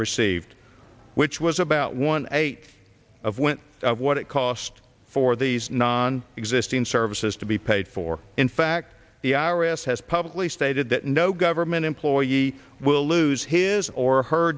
received which was about one eighth of when what it cost for these non existing services to be paid for in fact the i r s has publicly stated no government employee will lose his or her